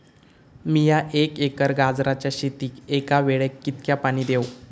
मीया एक एकर गाजराच्या शेतीक एका वेळेक कितक्या पाणी देव?